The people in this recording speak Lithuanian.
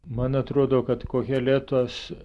man atrodo kad koheletas